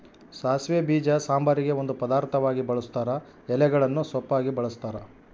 ಸಾಸಿವೆ ಬೀಜ ಸಾಂಬಾರಿಗೆ ಒಂದು ಪದಾರ್ಥವಾಗಿ ಬಳುಸ್ತಾರ ಎಲೆಗಳನ್ನು ಸೊಪ್ಪಾಗಿ ಬಳಸ್ತಾರ